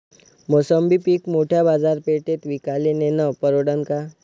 मोसंबी पीक मोठ्या बाजारपेठेत विकाले नेनं परवडन का?